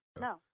No